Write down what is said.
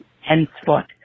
henceforth